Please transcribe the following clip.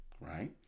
Right